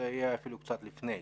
זה יהיה אפילו קצת לפני,